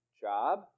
job